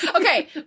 Okay